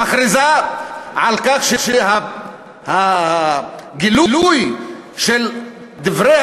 היא מכריזה על כך שהגילוי של דברי